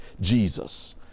Jesus